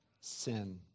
sin